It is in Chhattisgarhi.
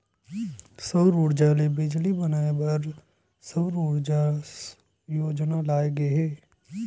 सउर उरजा ले बिजली बनाए बर सउर सूजला योजना लाए गे हे